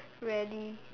rarely